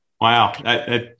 wow